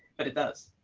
but it does.